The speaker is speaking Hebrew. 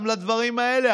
גם לדברים האלה.